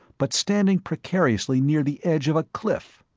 but standing precariously near the edge of a cliff.